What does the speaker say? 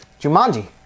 Jumanji